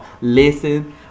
Listen